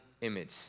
image